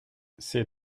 ces